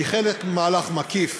כחלק ממהלך מקיף